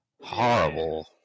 horrible